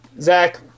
Zach